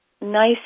nice